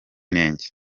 inenge